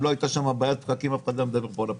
אם לא הייתה שם בעיית פקקים אף אחד לא היה מדבר פה על הפקקים,